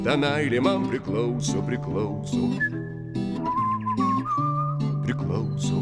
ta meilė man priklauso priklauso priklauso